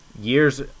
years